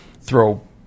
Throw